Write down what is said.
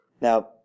Now